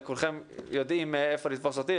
וכולכם יודעים איפה לתפוס אותי,